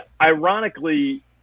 ironically